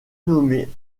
nommée